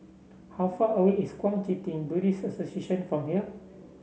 how far away is Kuang Chee Tng Buddhist Association from here